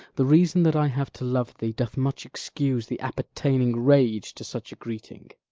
the reason that i have to love thee doth much excuse the appertaining rage to such a greeting.